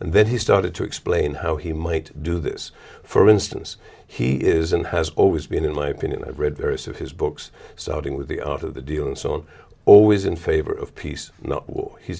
and then he started to explain how he might do this for instance he is and has always been in my opinion i've read various of his books starting with the art of the deal and so on always in favor of peace